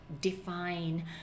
define